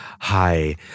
Hi